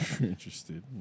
Interested